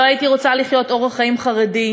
לא הייתי רוצה לחיות אורח חיים חרדי,